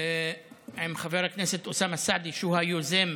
עם חבר הכנסת אוסאמה סעדי, שהוא היוזם